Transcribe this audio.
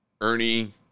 Ernie